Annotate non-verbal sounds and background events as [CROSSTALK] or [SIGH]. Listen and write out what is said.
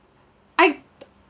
I [NOISE]